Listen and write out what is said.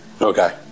Okay